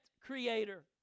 creator